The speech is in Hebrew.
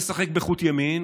משחק בחוט ימין,